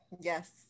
Yes